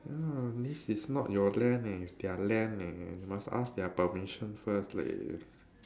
ya this in not your land eh it's their land eh must ask their permission first leh